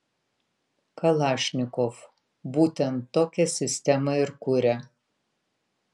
kalašnikov būtent tokią sistemą ir kuria